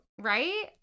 Right